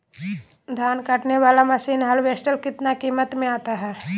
धान कटने बाला मसीन हार्बेस्टार कितना किमत में आता है?